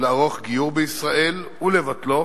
לערוך גיור בישראל ולבטלו,